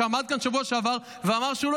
שעמד כאן בשבוע שעבר ואמר שהוא לא